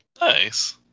Nice